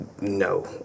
No